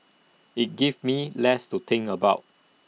IT gives me less to think about